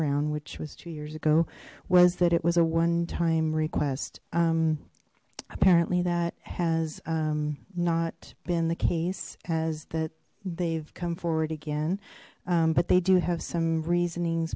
around which was two years ago was that it was a one time request apparently that has not been the case as that they've come forward again but they do have some reasoning